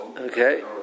okay